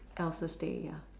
else's day ya